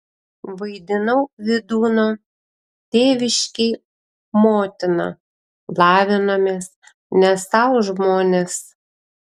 vaidinau vydūno tėviškėj motiną lavinomės ne sau žmonės